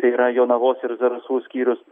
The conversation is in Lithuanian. tai yra jonavos ir zarasų skyrius